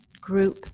group